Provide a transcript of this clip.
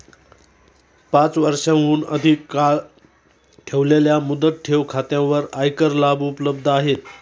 पाच वर्षांहून अधिक काळ ठेवलेल्या मुदत ठेव खात्यांवर आयकर लाभ उपलब्ध आहेत